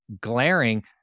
glaring